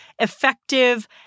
effective